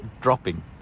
dropping